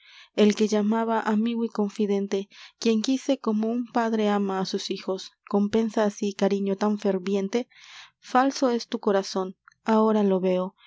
el que llamaba amigo y confidente quien quise como un padre ama á sus hijos compensa así cariño tan ferviente falso es tu corazón ahora lo veo